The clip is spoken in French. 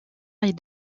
est